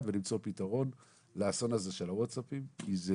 ולמצוא פתרון לאסון הזה של הווטסאפים כי זה